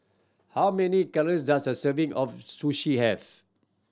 how many calories does a serving of Sushi have